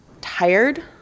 tired